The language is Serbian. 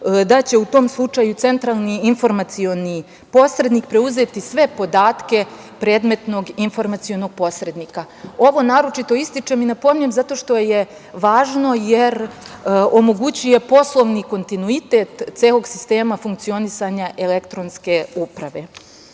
da će u tom slučaju centralni informacioni posrednik preuzeti sve podatke predmetnog informacionog posrednika. Ovo naročito ističem i napominjem zato što je važno jer omogućuje poslovni kontinuitet celog sistema funkcionisanja elektronske uprave. Na